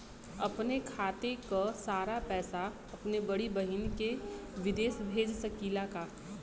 अपने खाते क सारा पैसा अपने बड़ी बहिन के विदेश भेज सकीला का?